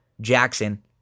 Jackson